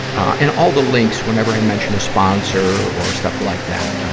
and all the links, whenever i mention a sponsor or stuff like that, um,